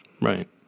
Right